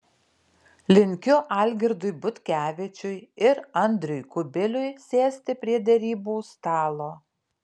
linkiu algirdui butkevičiui ir andriui kubiliui sėsti prie derybų stalo